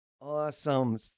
Awesome